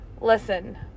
Listen